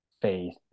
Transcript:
faith